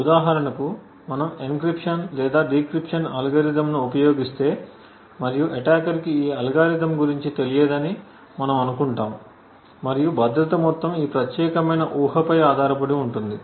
ఉదాహరణకు మనము ఎన్క్రిప్షన్ లేదా డిక్రిప్షన్ అల్గారిథమ్ను ఉపయోగిస్తే మరియు అటాకర్కి ఈ అల్గోరిథం గురించి తెలియదని మనము అనుకుంటాము మరియు భద్రత మొత్తం ఈ ప్రత్యేకమైన ఊహపై ఆధారపడి ఉంటుంది